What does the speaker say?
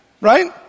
right